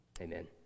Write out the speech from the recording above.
Amen